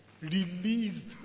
released